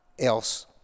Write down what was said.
else